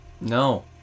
No